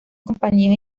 compañías